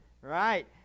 Right